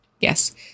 Yes